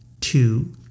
Two